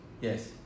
yes